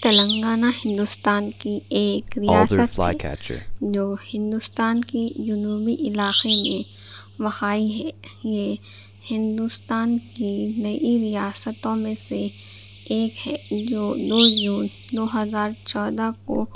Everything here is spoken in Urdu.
تلنگانہ ہندوستان کی ایک ریاست ہے جو ہندوستان کی جنوبی علاقے میں واقعہ ہے یہ ہندوستان کی نئی ریاستوں میں سے ایک ہے جو دو جون دو ہزار چودہ کو